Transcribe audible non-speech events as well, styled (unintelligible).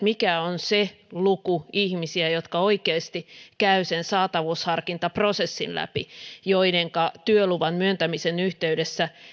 (unintelligible) mikä on se luku ihmisiä jotka oikeasti käyvät sen saatavuusharkintaprosessin läpi joidenka työluvan myöntämisen yhteydessä